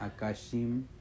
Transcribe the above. Akashim